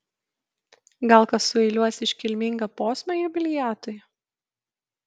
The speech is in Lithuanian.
gal kas sueiliuos iškilmingą posmą jubiliatui